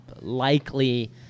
likely